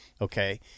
Okay